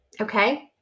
Okay